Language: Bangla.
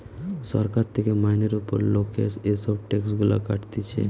সরকার থেকে মাইনের উপর লোকের এসব ট্যাক্স গুলা কাটতিছে